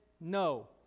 no